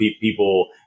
people